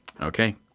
Okay